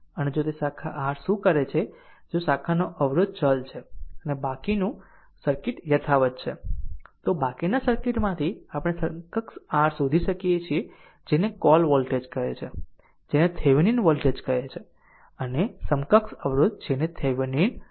અને જો તે શાખા r શું કરે છે અને જો શાખાનો અવરોધ ચલ છે પરંતુ બાકીનું સર્કિટ યથાવત છે તો બાકીના સર્કિટમાંથી આપણે સમકક્ષ r શોધી શકીએ છીએ જેને કોલ વોલ્ટેજ કહે છે જેને થેવીનિન વોલ્ટેજ કહે છે અને સમકક્ષ અવરોધ જેને થેવીનિન અવરોધ કહે છે